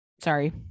sorry